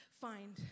find